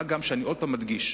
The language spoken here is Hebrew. מה גם שאני עוד פעם מדגיש,